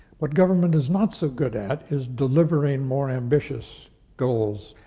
what government is not so good at is delivering more ambitious goals,